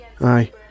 Aye